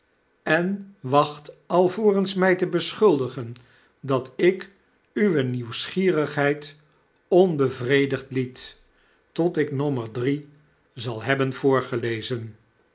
en wacht alvorens my te beschuldigen dat ik uwe nieuwseen huis te huuk gierigheid onbevredigd liet tot ik u nommer drie zal hebben voorgelezen